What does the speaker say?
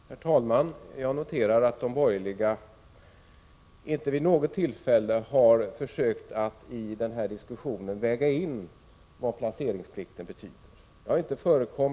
Herr talman! Jag noterar att de borgerliga inte vid något tillfälle har försökt att i den här diskussionen väga in vad placeringsplikten betyder.